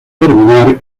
terminar